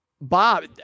Bob